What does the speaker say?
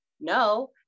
no